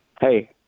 Hey